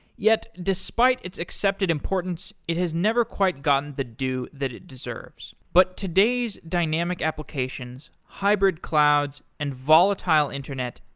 yet, despite its accepted importance, it has never quite gotten the due that it deserves. but today's dynamic applications, hybrid clouds and volatile internet,